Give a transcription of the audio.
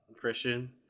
Christian